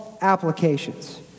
applications